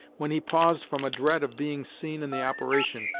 when he paused from a dread of being seen in the operation,